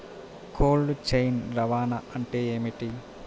Cold chain రవాణా అంటే ఏమిటీ?